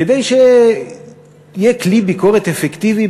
כדי שיהיה כלי ביקורת אפקטיבי,